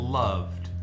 loved